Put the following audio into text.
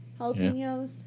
Jalapenos